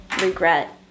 regret